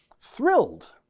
Thrilled